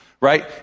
right